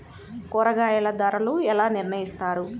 కూరగాయల ధరలు ఎలా నిర్ణయిస్తారు?